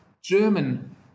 German